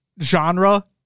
genre